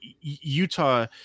Utah